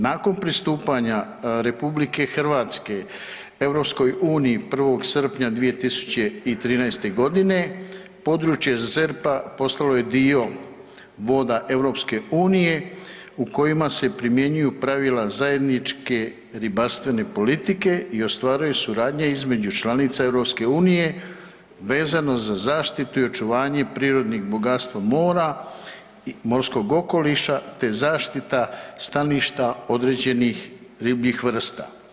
Nakon pristupanja RH EU-u 1. srpnja 2013. g., područje ZERP-a postalo je dio voda EU-a u kojima se primjenjuju pravila zajedničke ribarstvene politike i ostvaruje suradnja između članica EU-a vezano za zaštitu i očuvanje prirodnih bogatstva mora, morskog okoliša te zaštita staništa određenih ribljih vrsta.